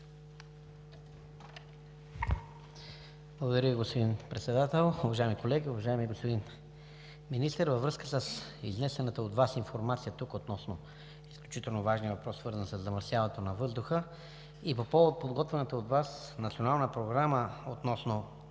Благодаря Ви, господин Председател. Уважаеми колеги! Уважаеми господин Министър, във връзка с изнесената от Вас информация тук относно изключително важния въпрос, свързан със замърсяването на въздуха и по повод подготвената от Вас Национална програма относно